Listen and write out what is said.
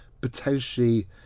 Potentially